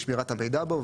שמירת המידע בו,